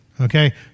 Okay